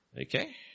Okay